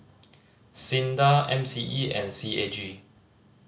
SINDA M C E and C A G